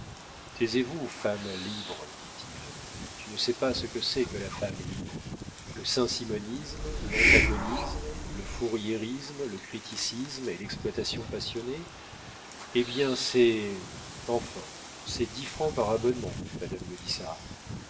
taisez-vous femme libre dit-il tu ne sais pas ce que c'est que la femme libre le saint simonisme l'antagonisme le fouriérisme le criticisme et l'exploitation passionnée hé bien c'est enfin c'est dix francs par abonnement madame